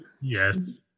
Yes